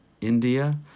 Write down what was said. India